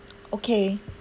okay